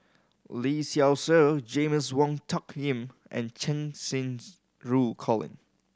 Lee Seow Ser James Wong Tuck Yim and Cheng Xinru Colin